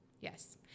Yes